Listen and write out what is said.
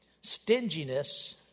stinginess